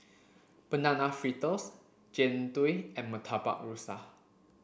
banana fritters jian dui and murtabak rusa